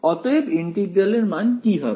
অতএব ইন্টিগ্রাল এর মান কি হবে